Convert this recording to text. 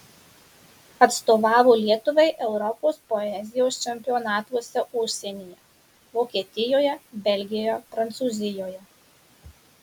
atstovavo lietuvai europos poezijos čempionatuose užsienyje vokietijoje belgijoje prancūzijoje